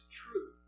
true